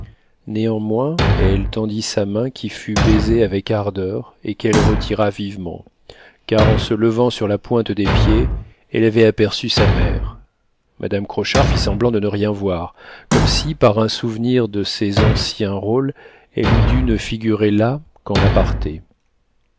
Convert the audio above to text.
néanmoins elle tendit sa main qui fut baisée avec ardeur et qu'elle retira vivement car en se levant sur la pointe des pieds elle avait aperçu sa mère madame crochard fit semblant de ne rien voir comme si par un souvenir de ses anciens rôles elle eût dû ne figurer là qu'en a